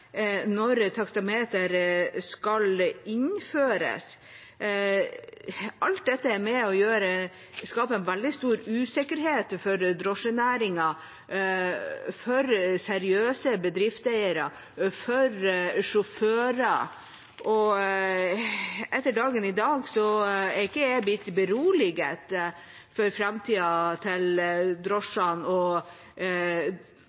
når taksameter skal innføres. Alt dette er med på å skape en veldig stor usikkerhet for drosjenæringen, for seriøse bedriftseiere og for sjåfører, og etter dagen i dag er ikke jeg blitt beroliget for framtida til